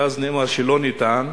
ואז נאמר שלא ניתן.